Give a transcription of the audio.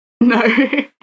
No